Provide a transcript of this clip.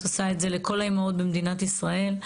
את עושה את זה לכל האימהות במדינת ישראל.